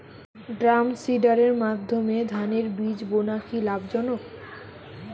ড্রামসিডারের মাধ্যমে ধানের বীজ বোনা কি লাভজনক?